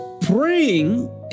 praying